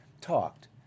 talked